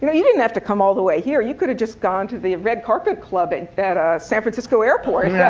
you know you didn't have to come all the way here. you could have just gone to the red carpet club and at ah san francisco airport. and yeah